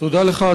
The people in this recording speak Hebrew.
תודה לך,